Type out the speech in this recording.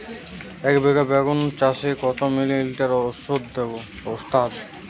একবিঘা বেগুন চাষে কত মিলি লিটার ওস্তাদ দেবো?